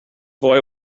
boy